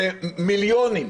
זה מיליונים.